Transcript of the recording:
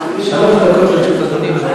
דקות לרשות אדוני.